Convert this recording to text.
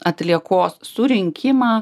atliekos surinkimą